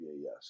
yes